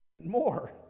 more